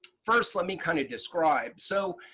first let me kind of describe. so,